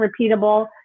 repeatable